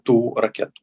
tų raketų